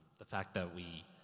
the fact that we,